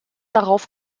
darauf